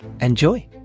Enjoy